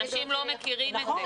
אנשים לא מכירים את